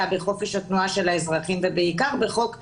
בחופש התנועה של האזרחים ובעיקר בחוק יסוד: